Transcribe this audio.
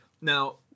Now